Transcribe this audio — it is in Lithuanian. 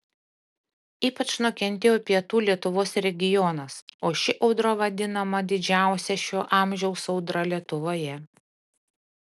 ypač nukentėjo pietų lietuvos regionas o ši audra vadinama didžiausia šio amžiaus audra lietuvoje